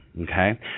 okay